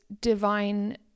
divine